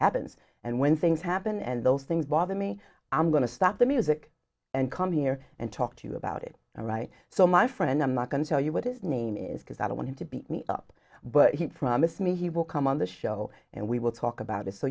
happens and when things happen and those things bother me i'm going to stop the music and come here and talk to you about it all right so my friend i'm not going to tell you what his name is because i wanted to beat me up but he promised me he will come on the show and we will talk about it so